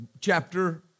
chapter